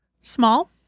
small